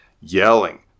yelling